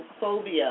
phobia